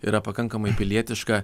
yra pakankamai pilietiška